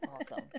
Awesome